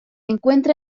encuentra